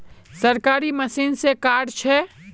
सरकारी मशीन से कार्ड छै?